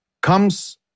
comes